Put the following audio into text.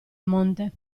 monte